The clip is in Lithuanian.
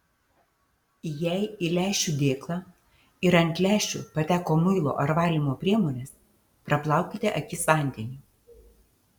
jei į lęšių dėklą ir ant lęšių pateko muilo ar valymo priemonės praplaukite akis vandeniu